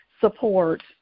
support